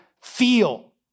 feel